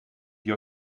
your